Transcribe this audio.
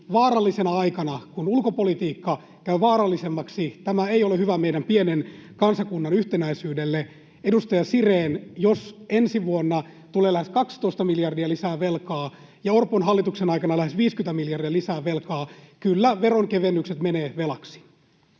vaarallisena aikana, kun ulkopolitiikka käy vaarallisemmaksi, tämä ei ole hyvä meidän pienen kansakunnan yhtenäisyydelle. Edustaja Sirén, jos ensi vuonna tulee lähes 12 miljardia lisää velkaa ja Orpon hallituksen aikana lähes 50 miljardia lisää velkaa, niin kyllä veronkevennykset menevät velaksi.